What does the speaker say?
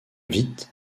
vite